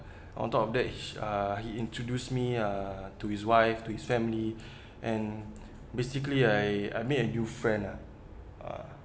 on top of that ish~ uh he introduce me uh to his wife to his family and basically I I made a new friend lah ah